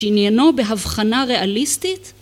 ‫שעניינו בהבחנה ריאליסטית?